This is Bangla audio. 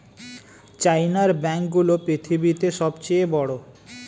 চায়নার ব্যাঙ্ক গুলো পৃথিবীতে সব চেয়ে বড়